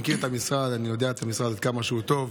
אני מכיר את המשרד, ואני יודע כמה הוא טוב.